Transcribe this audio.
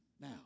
Now